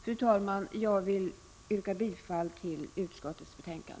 Fru talman! Jag yrkar bifall till utskottets hemställan.